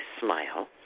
smile